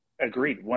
Agreed